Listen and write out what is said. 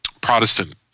Protestant